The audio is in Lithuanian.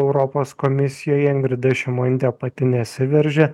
europos komisijoje ingrida šimonytė pati nesiveržia